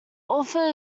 author